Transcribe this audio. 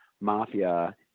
mafia